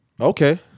Okay